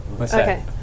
Okay